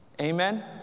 Amen